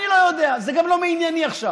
אני לא יודע, וזה גם לא מענייני עכשיו.